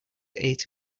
eight